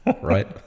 right